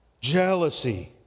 jealousy